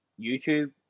YouTube